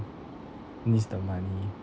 needs the money